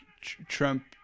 trump